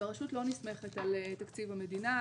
הרשות לא נסמכת על תקציב המדינה,